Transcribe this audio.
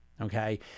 Okay